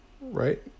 Right